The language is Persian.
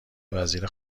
وزیر